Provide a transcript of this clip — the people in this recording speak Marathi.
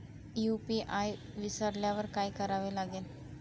यू.पी.आय विसरल्यावर काय करावे लागेल?